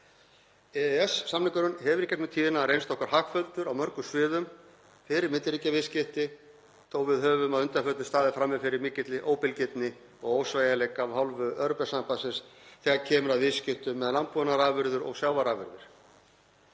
EES-samningurinn hefur í gegnum tíðina reynst okkur hagfelldur á mörgum sviðum fyrir milliríkjaviðskipti þó að við höfum að undanförnu staðið frammi fyrir mikilli óbilgirni og ósveigjanleika af hálfu Evrópusambandsins þegar kemur að viðskiptum með landbúnaðarafurðir og sjávarafurðir.